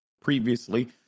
Previously